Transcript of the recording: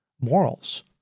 morals